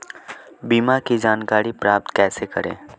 बीमा की जानकारी प्राप्त कैसे करें?